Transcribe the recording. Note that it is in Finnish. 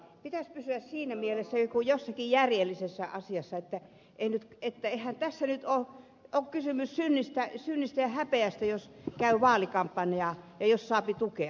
pitäisi pysyä siinä mielessä jossakin järjellisessä asiassa että eihän tässä nyt ole kysymys synnistä ja häpeästä jos käy vaalikampanjaa ja jos saa tukea